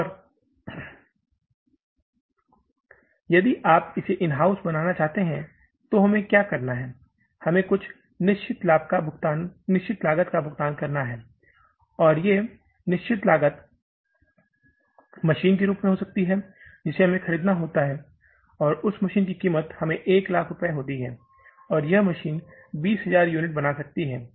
और यदि आप इसे इन हाउस बनाना चाहते हैं तो हमें क्या करना है हमें कुछ निश्चित लागत का भुगतान करना होगा निश्चित लागत मशीन के रूप में होती है जिसे हमें खरीदना होता है और उस मशीन की कीमत हमें 100000 रुपये होती है और यह मशीन 20000 यूनिट बना सकती है